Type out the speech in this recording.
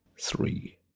three